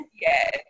Yes